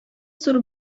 зур